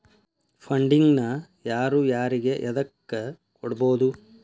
Funding ನ ಯಾರು ಯಾರಿಗೆ ಎದಕ್ಕ್ ಕೊಡ್ಬೊದು?